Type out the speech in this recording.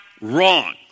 wrong